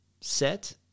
set